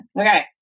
Okay